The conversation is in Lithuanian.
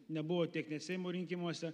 nebuvo tiek seimo rinkimuose